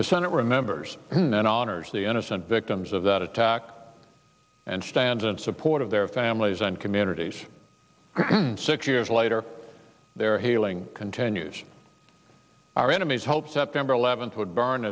the senate remembers and then honors the innocent victims of that attack and stand in support of their families and communities six years later their healing continues our enemies hope september eleventh woodburn